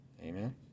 Amen